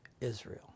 Israel